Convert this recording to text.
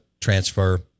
transfer